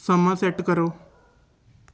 ਸਮਾਂ ਸੈੱਟ ਕਰੋ